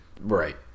Right